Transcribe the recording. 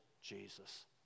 Jesus